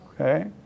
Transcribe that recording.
Okay